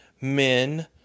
men